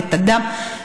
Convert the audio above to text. ואת הדם.